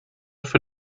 für